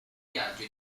viaggio